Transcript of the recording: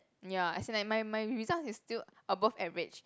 ya as in like my my result is still above average